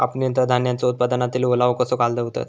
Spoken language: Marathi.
कापणीनंतर धान्यांचो उत्पादनातील ओलावो कसो घालवतत?